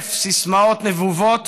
ששולף סיסמאות נבובות